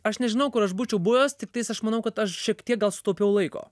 aš nežinau kur aš būčiau buvęs tiktais aš manau kad aš šiek tiek gal sutaupiau laiko